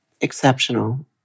exceptional